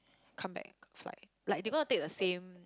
come back flight like they gonna take the same